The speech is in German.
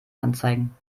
anzeigen